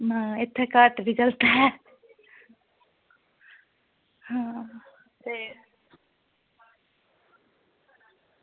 ना इत्थें घट्ट निं चलदा ऐ